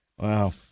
Wow